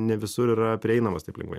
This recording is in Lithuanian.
ne visur yra prieinamos taip lengvai